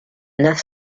neuf